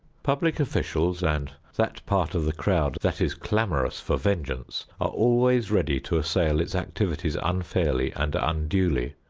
public officials and that part of the crowd that is clamorous for vengeance are always ready to assail its activities unfairly and unduly.